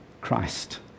Christ